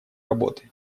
работы